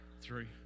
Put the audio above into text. three